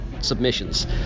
submissions